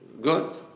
Good